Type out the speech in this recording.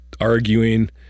arguing